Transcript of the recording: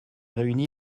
réunie